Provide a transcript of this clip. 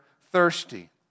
thirsty